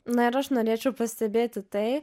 na ir aš norėčiau pastebėti tai